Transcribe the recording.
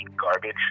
garbage